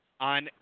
On